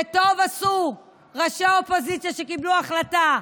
וטוב עשו ראשי האופוזיציה שקיבלו החלטה.